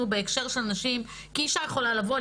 בהקשר של נשים כי אישה יכולה לבוא,